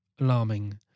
alarming